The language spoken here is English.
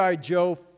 joe